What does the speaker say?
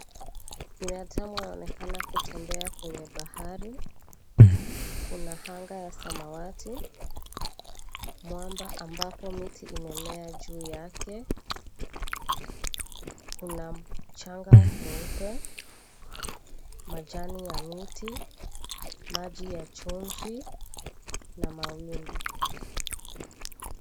Binadamu anaonekana kutembea kwenye bahari. Kuna anga ya samawati, mwamba ambapo miti imemea juu yake. Kuna mchanga mweupe, majani ya miti, maji ya chumvi na mawimbi.